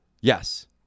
Yes